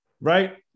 right